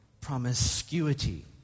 promiscuity